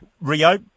Rio